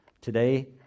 Today